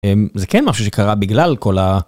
זה כן משהו שקרה בגלל כל ה...